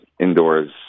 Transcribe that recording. Indoors